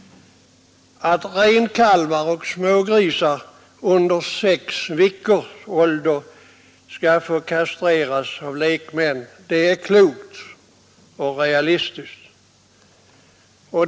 Att renkalvar och smågrisar under sex veckor skall få kastreras av lekmän är klokt och realistiskt.